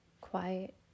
quiet